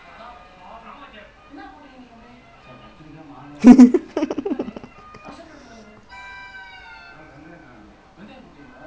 I mean today I you know I eat the grilled Mc chicken I mean like what three the the I don't want mc chicken then I eat sunday right three dosa you know